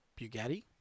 Bugatti